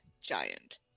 giant